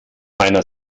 meiner